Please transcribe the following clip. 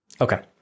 Okay